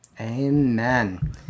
amen